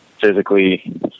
physically